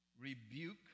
rebuke